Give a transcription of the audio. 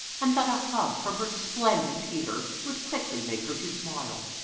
and that a hug from her splendid peter would quickly make her to smile.